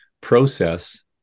process